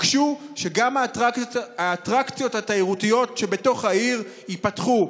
תתעקשו שגם האטרקציות התיירותיות שבתוך העיר ייפתחו,